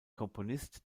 komponist